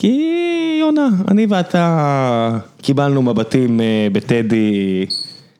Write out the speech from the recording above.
כי יונה, אני ואתה קיבלנו מבטים בטדי.